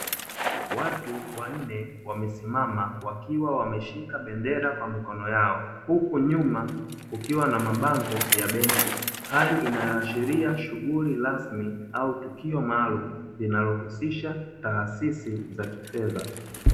Watu wanne wamesimama wakiwa wameshika bendera kwa mikono yao huku nyuma kukiwa na mabango ya benki, hali inayoashiria shughuli rasmi au tukio maalumu linalohusisha taasisi za kifedha.